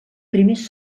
primers